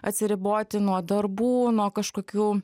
atsiriboti nuo darbų nuo kažkokių